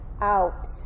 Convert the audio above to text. out